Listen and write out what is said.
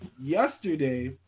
yesterday